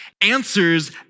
answers